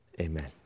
Amen